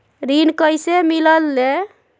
ऋण कईसे मिलल ले?